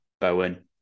Bowen